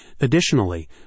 Additionally